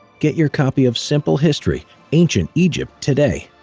get your copy of simple history ancient egypt today